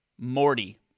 Morty